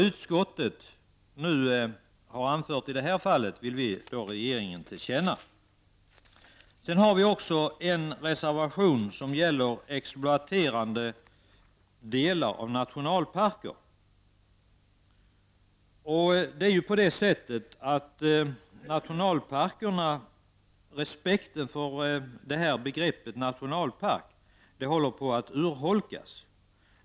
Reservanterna anser att utskottet skall ge regeringen detta till känna. Reservation 16 från moderaterna och folkpartiet gäller exploaterade delar av nationalparker. Respekten för begreppet nationalpark håller på att urholkas.